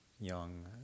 young